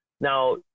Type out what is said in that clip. Now